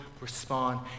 respond